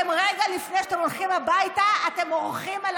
רגע לפני שאתם הולכים הביתה אתם מורחים על